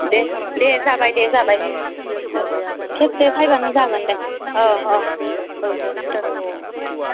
दे दे जाबाय दे जाबाय खेबसे फायबानो जागोन दे